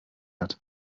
hat